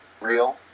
real